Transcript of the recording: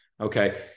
okay